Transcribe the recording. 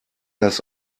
das